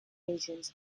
regions